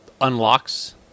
unlocks